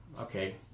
okay